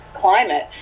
climate